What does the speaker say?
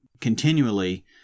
continually